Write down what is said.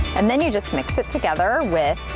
and then you just mix it together with.